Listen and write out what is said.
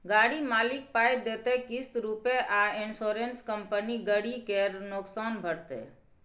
गाड़ी मालिक पाइ देतै किस्त रुपे आ इंश्योरेंस कंपनी गरी केर नोकसान भरतै